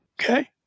Okay